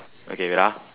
okay wait ah